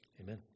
Amen